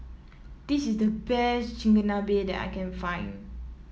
this is the best Chigenabe that I can find